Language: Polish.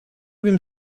wiem